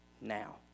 now